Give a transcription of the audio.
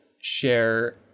Share